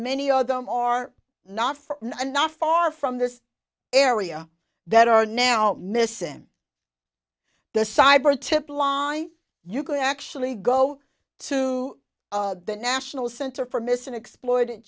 y of them are not for not far from this area that are now missing the cyber tip line you can actually go to the national center for missing exploited